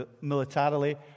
militarily